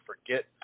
forget